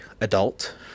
adult